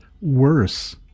worse